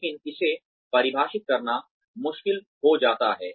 लेकिन इसे परिभाषित करना मुश्किल हो जाता है